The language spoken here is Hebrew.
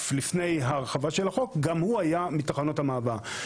לפני ההרחבה של החוק גם הוא היה מתחנות המעבר.